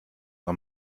are